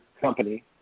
company